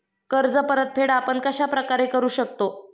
कर्ज परतफेड आपण कश्या प्रकारे करु शकतो?